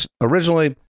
originally